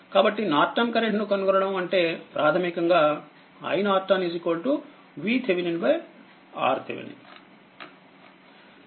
కాబట్టినార్టన్కరెంట్నుకనుగొనడం అంటే ప్రాథమికంగాiNorton VThRTh